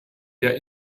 der